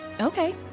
okay